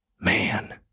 Man